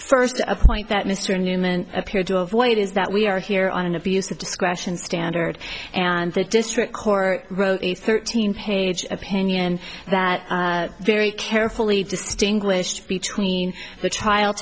first a point that mr newman appeared to avoid is that we are here on an abuse of discretion standard and the district court wrote a thirteen page opinion that very carefully distinguished between the